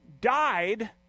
died